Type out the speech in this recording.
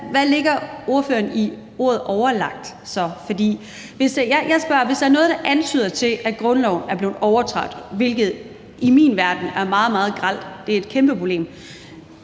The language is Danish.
hvad ordføreren lægger i ordet overlagt? Hvis der er noget, der antyder, at grundloven er blevet overtrådt, er det i min verden meget, meget grelt; det er et kæmpeproblem.